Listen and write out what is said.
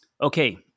Okay